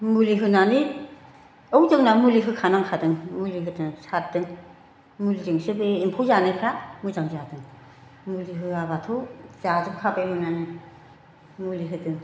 मुलि होनानै औ जोंना मुलि होखानांखादों मुलि होदों सारदों मुलिजोंसो बे एम्फौ जानायफोरा मोजां जादों मुलि होआबाथ' जाजोबखाबायमोनानो मुलि होदों